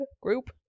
group